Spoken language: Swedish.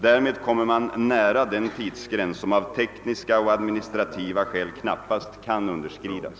Därmed kommer man nära den tidsgräns, som av tekniska och administrativa skäl knappast kan underskridas.